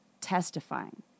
testifying